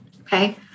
Okay